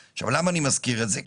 למה אני מזכיר את זה?